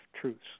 truths